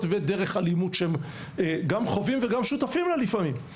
ודרך הלימוד שהם חווים ושותפים לה לפעמים,